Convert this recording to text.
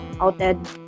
outed